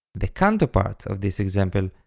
the canto part of this example,